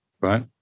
Right